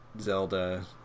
zelda